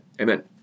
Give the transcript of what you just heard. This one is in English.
Amen